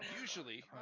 usually